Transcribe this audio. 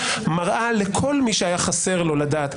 מראה לכל מי שהיה חסר לו לדעת,